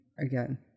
again